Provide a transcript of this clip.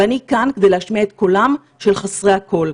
ואני כאן כדי להשמיע את קולם של חסרי הקול,